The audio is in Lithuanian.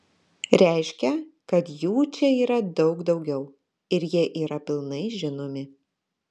reiškia kad jų čia yra daug daugiau ir jie yra pilnai žinomi